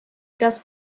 das